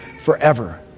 forever